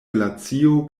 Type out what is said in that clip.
glacio